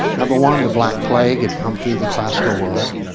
number one, the black plague had come through the classical world.